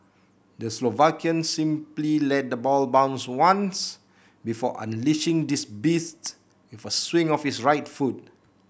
the Slovakian simply let the ball bounced once before unleashing this beast with a swing of his right foot